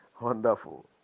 Wonderful